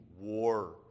war